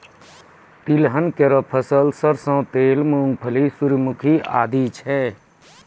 तिलहन केरो फसल सरसों तेल, मूंगफली, सूर्यमुखी आदि छै